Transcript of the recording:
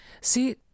See